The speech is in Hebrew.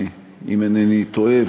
אם אינני טועה,